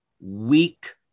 weak